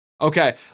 Okay